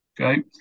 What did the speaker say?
Okay